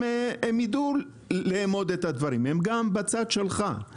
הם ידעו לאמוד את הדברים הם גם בצד שלך,